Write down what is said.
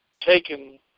taken